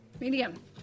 Medium